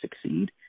succeed